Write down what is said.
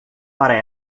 para